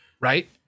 right